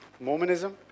Mormonism